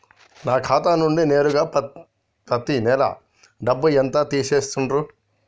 నా ఖాతా నుండి నేరుగా పత్తి నెల డబ్బు ఎంత తీసేశిర్రు?